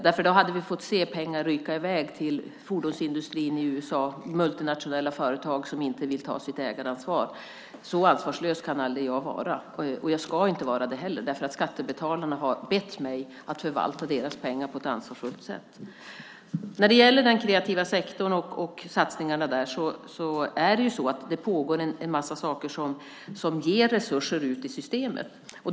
Då hade vi fått se pengar ryka i väg till fordonsindustrin i USA, multinationella företag som inte vill ta sitt ägaransvar. Så ansvarslös kan aldrig jag vara, och jag ska inte vara det heller. Skattebetalarna har bett mig att förvalta deras pengar på ett ansvarsfullt sätt. När det gäller den kreativa sektorn och satsningarna där pågår det en massa saker som ger resurser ut i systemet.